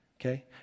Okay